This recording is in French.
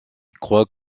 crois